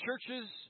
churches